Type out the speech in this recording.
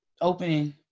Opening